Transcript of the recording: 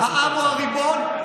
העם הוא הריבון.